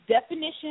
definition